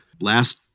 last